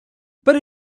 but